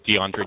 DeAndre